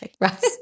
right